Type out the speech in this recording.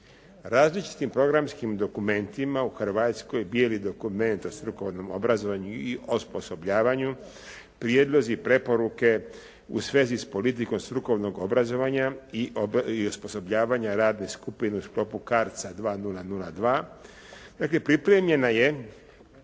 Različitim programskim dokumentima u Hrvatskoj, bijeli dokument o strukovnom obrazovanju i osposobljavanju, prijedlozi, preporuke u svezi s politikom strukovnog obrazovanja i osposobljavanja radne skupine u sklopu CARDS-a 2002, dakle pripremljena je